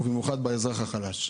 במיוחד באזרח החלש.